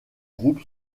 groupe